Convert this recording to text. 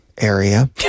area